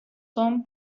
son